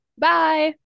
bye